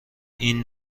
این